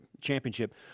championship